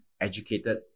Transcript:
educated